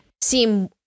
seem